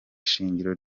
shingiro